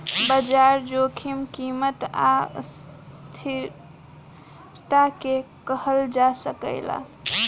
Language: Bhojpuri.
बाजार जोखिम कीमत आ अस्थिरता के कहल जा सकेला